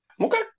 Okay